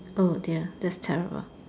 oh dear that's terrible